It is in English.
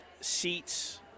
seats